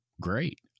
Great